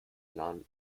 non